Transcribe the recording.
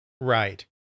Right